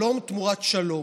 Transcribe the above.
שלום תמורת שלום.